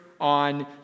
on